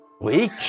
Weak